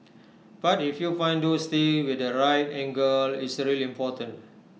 but if you find those things with the right angle it's really important